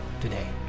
today